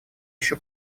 еще